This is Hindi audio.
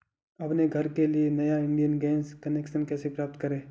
अपने घर के लिए नया इंडियन गैस कनेक्शन कैसे प्राप्त करें?